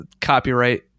copyright